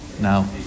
now